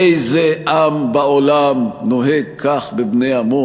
איזה עם בעולם נוהג כך בבני עמו?